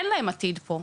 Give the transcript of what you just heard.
אין להם עתיד פה.